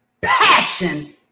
passion